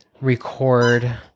record